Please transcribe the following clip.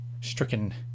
stricken